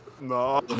No